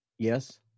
Yes